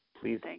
please